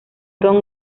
don